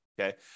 Okay